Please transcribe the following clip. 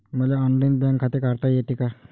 मले online bank खाते काढता येते का?